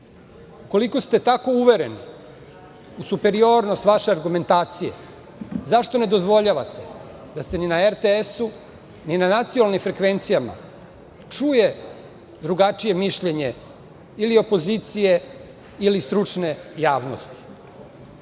krijete? Ukoliko ste tako uvereni u superiornost vaše argumentacije, zašto ne dozvoljavate da se ni na RTS-u, ni na nacionalnim frekvencijama, čuje drugačije mišljenje ili opozicije ili stručne javnosti? Ako